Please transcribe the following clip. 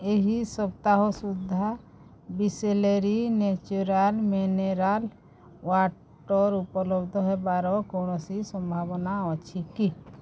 ଏହି ସପ୍ତାହ ସୁଦ୍ଧା ବିସ୍ଲେରୀ ନ୍ୟାଚୁରାଲ୍ ମିନେରାଲ୍ ୱାଟର୍ ଉପଲବ୍ଧ ହେବାର କୌଣସି ସମ୍ଭାବନା ଅଛି କି